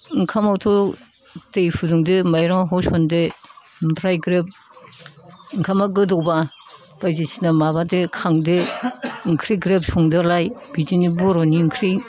ओंखामावथ' दै फुदुंदो माइरङा होसनदो ओमफ्राय ग्रोब ओंखामा गोदौब्ला बायदिसिना माबादो खांदो ओंख्रि ग्रोब संदोलाय बिदिनो बर'नि ओंख्रि